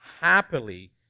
happily